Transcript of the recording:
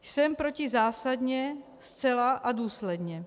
Jsem proti zásadně, zcela a důsledně.